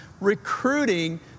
recruiting